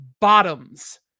bottoms